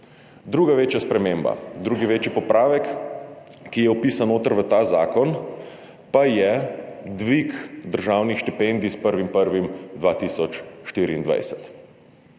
Druga večja sprememba, drugi večji popravek, ki je vpisan v ta zakon, pa je dvig državnih štipendij s 1. 1. 2024.